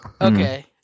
Okay